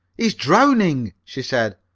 he's drowning! she said.